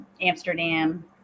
amsterdam